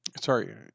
Sorry